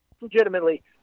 legitimately